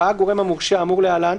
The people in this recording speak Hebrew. ראה הגורם המורשה האמור להלן,